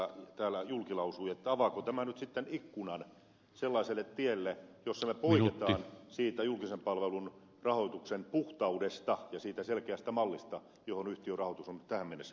heinäluoma täällä julki lausui avaako tämä nyt sitten ikkunan sellaiselle tielle jolla me poikkeamme siitä julkisen palvelun rahoituksen puhtaudesta ja siitä selkeästä mallista johon yhtiön rahoitus on tähän mennessä pohjautunut